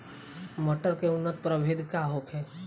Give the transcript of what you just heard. मटर के उन्नत प्रभेद का होखे?